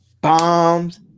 bombs